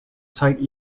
site